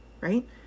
right